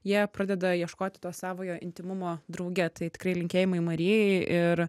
jie pradeda ieškoti to savojo intymumo drauge tai tikrai linkėjimai marijai ir